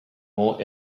more